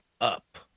up